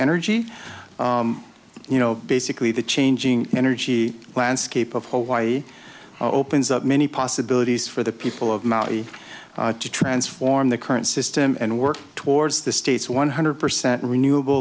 energy you know basically the changing energy landscape of hawaii opens up many possibilities for the people of maui to transform the current system and work towards the state's one hundred percent renewable